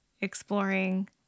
exploring